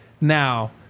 Now